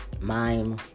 mime